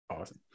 Awesome